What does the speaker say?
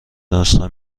نسخه